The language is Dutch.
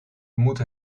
moeten